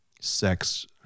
sex